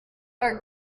are